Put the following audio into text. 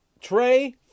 Trey